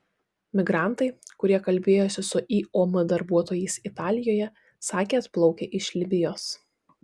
migrantai kurie kalbėjosi su iom darbuotojais italijoje sakė atplaukę iš libijos